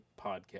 podcast